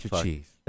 cheese